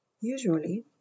Usually